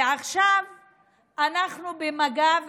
ועכשיו אנחנו במגעים,